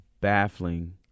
baffling